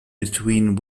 between